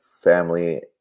family